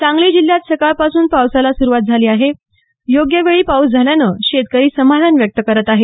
सांगली जिल्ह्यात सकाळपासून पावसाला आज सुरुवात झाली योग्य वेळी पाऊस सुरु झाल्यानं शेतकरी समाधान व्यक्त करत आहे